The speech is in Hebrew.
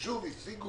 שהשיגו